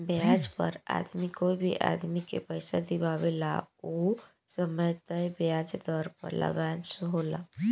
ब्याज पर आदमी कोई भी आदमी के पइसा दिआवेला ओ समय तय ब्याज दर पर लाभांश होला